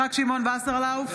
יצחק שמעון וסרלאוף,